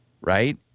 Right